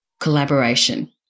Collaboration